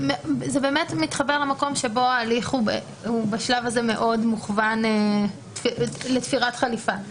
זה באמת מתחבר למקום בו הליך בשלב הזה הוא מאוד מוכוון לתפירת חליפה.